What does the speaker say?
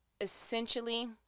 essentially